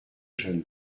jeunes